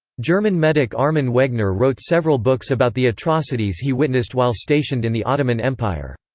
german medic armin wegner wrote several books about the atrocities he witnessed while stationed in the ottoman empire.